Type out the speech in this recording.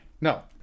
no